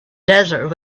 desert